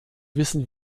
wissen